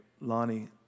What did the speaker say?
Lonnie